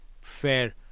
Fair